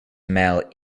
male